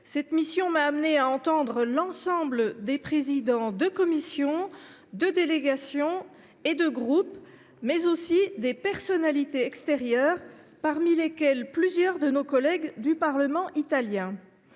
Cette mission m’a amenée à entendre l’ensemble des présidents de commission, de délégation et de groupe, mais aussi des personnalités extérieures, parmi lesquelles plusieurs de nos collègues du parlement italien.